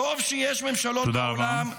תודה רבה.